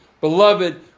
beloved